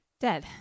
dead